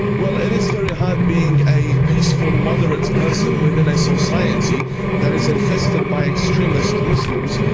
well, it is very hard being a peaceful, moderate person within a society that is infested by extremist muslims,